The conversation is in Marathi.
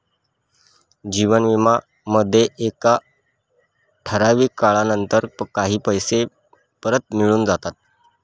जीवन विमा मध्ये एका ठराविक काळानंतर काही पैसे परत मिळून जाता